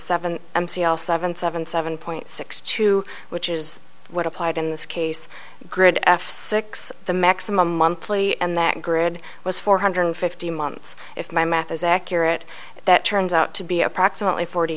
l seven seven seven point six two which is what applied in this case grid f six the maximum monthly and that grid was four hundred fifty months if my math is accurate that turns out to be approximately forty